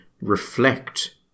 reflect